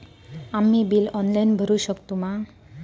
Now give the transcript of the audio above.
आम्ही bill online भरुक शकतू मा?